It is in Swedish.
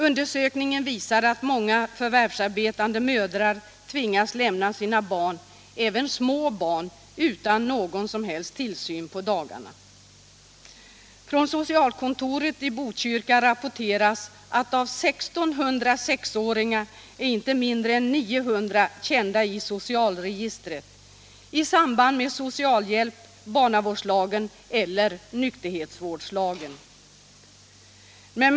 Undersökningen visar att många förvärvsarbetande mödrar tvingas lämna sina barn, även små barn, utan någon som helst tillsyn på dagarna. Från socialkontoret i Botkyrka rapporteras att av I 600 sexåringar är inte mindre än 900 kända i socialregistret — i samband med socialhjälp eller tillämpning av barnavårdslagen eller nykterhetsvårdslagen.